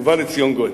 ובא לציון גואל.